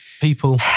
People